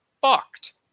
fucked